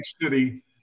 City